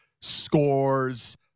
scores